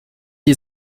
die